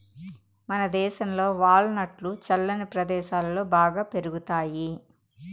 మనదేశంలో వాల్ నట్లు చల్లని ప్రదేశాలలో బాగా పెరుగుతాయి